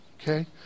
okay